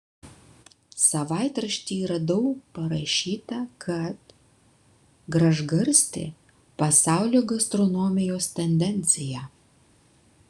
savaitrašty radau parašyta kad gražgarstė pasaulio gastronomijos tendencija